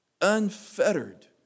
unfettered